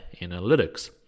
analytics